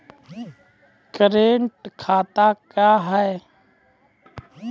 Current खाता क्या हैं?